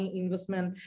investment